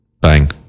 bang